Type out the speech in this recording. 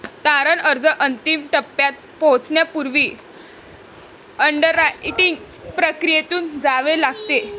तारण अर्ज अंतिम टप्प्यात पोहोचण्यापूर्वी अंडररायटिंग प्रक्रियेतून जावे लागते